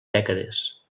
dècades